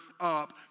up